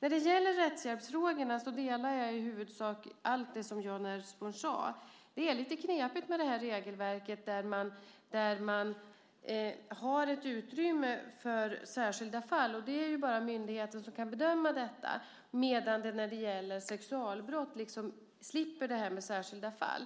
När det gäller rättshjälpsfrågorna delar jag i huvudsak alla de uppfattningar som Jan Ertsborn gav uttryck för. Det är lite knepigt med det här regelverket där man har ett utrymme för särskilda fall - det är ju bara myndigheten som kan bedöma detta - medan man när det gäller sexualbrott slipper det här med särskilda fall.